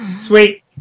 Sweet